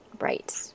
right